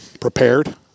prepared